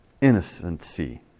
innocency